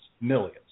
millions